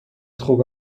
خوب